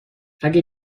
اگه